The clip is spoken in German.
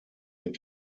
mit